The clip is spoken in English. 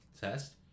test